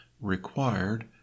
required